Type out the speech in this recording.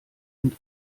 und